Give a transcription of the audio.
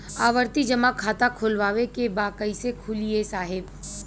आवर्ती जमा खाता खोलवावे के बा कईसे खुली ए साहब?